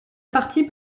partie